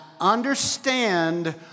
understand